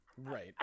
Right